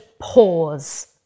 pause